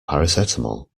paracetamol